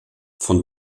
von